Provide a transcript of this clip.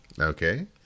Okay